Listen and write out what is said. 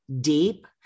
deep